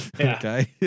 Okay